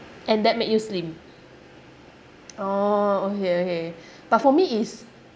and that make you slim orh okay okay but for me is